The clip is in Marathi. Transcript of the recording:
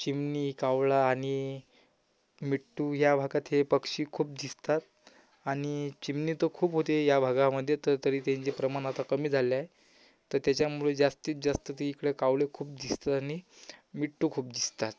चिमणी कावळा आणि मिठ्ठू या भागात हे पक्षी खूप दिसतात आणि चिमणी तर खूप होते या भागामध्ये तर तरी त्यांचे प्रमाण आता कमी झाले आहे तर त्याच्यामुळे जास्तीत जास्त ती इकडे कावळे खूप दिसतात नि मिठ्ठू खूप दिसतात